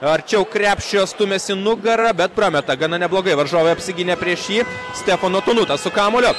arčiau krepšio stumiasi nugara bet prameta gana neblogai varžovai apsigynę prieš jį stepono tanutas su kamuoliu